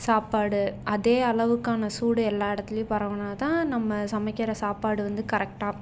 சாப்பாடு அதே அளவுக்கான சூடு எல்லா இடத்துலையும் பரவினாதான் நம்ம சமைக்கிற சாப்பாடு வந்து கரெக்டாக